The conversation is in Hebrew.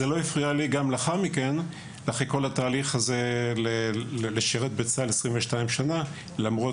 זה לא הפריע לי לשרת בצה"ל 22 שנים למרות